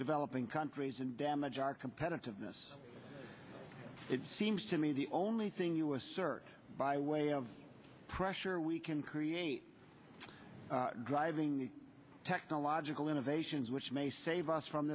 developing countries and damage our competitiveness it seems to me the only thing you assert by way of pressure we can create driving technological innovations which may save us from